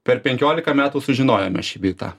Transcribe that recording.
per penkiolika metų sužinojome šį bei tą